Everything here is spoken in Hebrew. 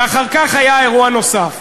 ואחר כך היה אירוע נוסף.